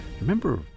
remember